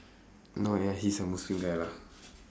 no ya he is a muslim guy lah